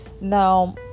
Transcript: Now